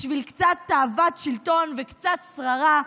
בשביל קצת תאוות שלטון וקצת שררה,